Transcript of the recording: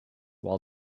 while